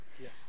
yes